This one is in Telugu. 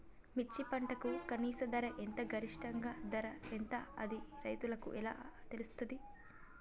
మిర్చి పంటకు కనీస ధర ఎంత గరిష్టంగా ధర ఎంత అది రైతులకు ఎలా తెలుస్తది?